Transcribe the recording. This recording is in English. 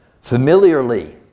familiarly